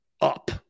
up